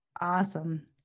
awesome